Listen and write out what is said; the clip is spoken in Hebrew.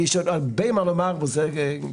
יש לי עוד הרבה מה לומר, וזה כפתיח.